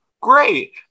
Great